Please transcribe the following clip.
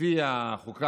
לפי החוקה,